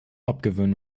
abgewöhnen